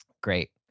Great